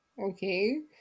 okay